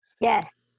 Yes